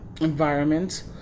environment